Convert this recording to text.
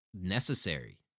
necessary